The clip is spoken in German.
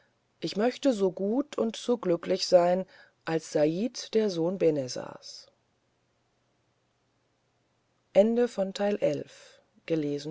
ich möchte so gut und so glücklich sein als said der sohn benezars